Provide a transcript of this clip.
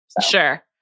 Sure